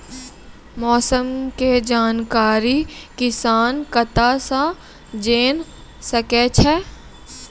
मौसम के जानकारी किसान कता सं जेन सके छै?